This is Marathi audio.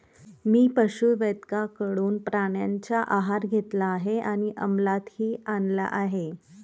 मी पशुवैद्यकाकडून प्राण्यांचा आहार घेतला आहे आणि अमलातही आणला आहे